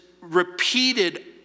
repeated